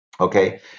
Okay